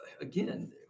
again